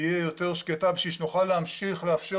תהיה יותר שקטה בשביל שנוכל להמשיך לאפשר